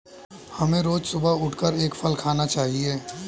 हमें रोज सुबह उठकर एक फल खाना चाहिए